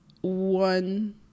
one